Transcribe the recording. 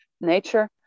nature